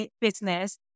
business